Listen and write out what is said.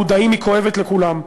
מודעים, היא כואבת לכולם.